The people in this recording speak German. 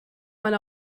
man